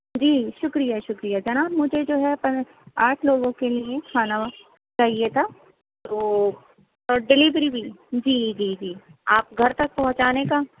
جی شکریہ شکریہ جناب مجھے جو ہے اپن آٹھ لوگوں کے لیے کھانا چاہیے تھا وہ اور ڈیلوری بھی جی جی آپ گھر تک پہنچانے کا